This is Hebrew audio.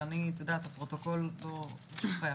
הפרוטוקול לא שוכח.